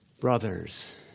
Brothers